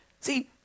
See